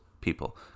people